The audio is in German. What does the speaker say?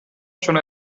schon